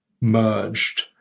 merged